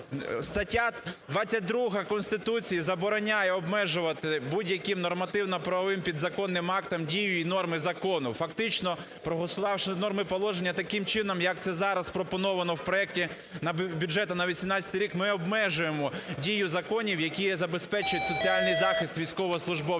Стаття 22 Конституції забороняє обмежувати будь-яким нормативно-правовим підзаконним актом дію і норми закону. Фактично проголосувавши норми положення таким чином, як це зараз пропоновано в проекті бюджету на 2018 рік, ми обмежуємо дію законів, які забезпечують соціальний захист військовослужбовців.